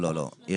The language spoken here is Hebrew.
יש